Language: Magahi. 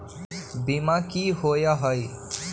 बीमा की होअ हई?